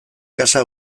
kasa